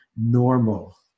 normal